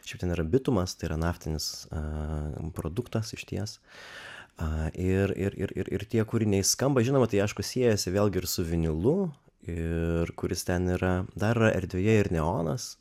šeip ten yra bitumas tai yra naftinis produktas išties ir ir tie kūriniai skamba žinoma tai aišku siejasi vėlgi ir su vinilu ir kuris ten yra dar erdvėje ir neonas